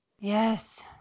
Yes